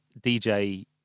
DJ